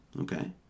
Okay